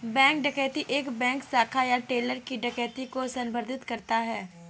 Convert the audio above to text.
bank डकैती एक bank शाखा या टेलर की डकैती को संदर्भित करता है